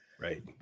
Right